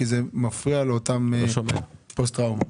כי זה מפריע לאותם אנשים הסובלים מפוסט טראומה.